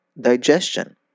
digestion